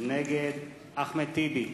נגד אחמד טיבי,